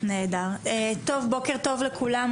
בוקר טוב לכולם,